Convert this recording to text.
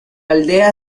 aldea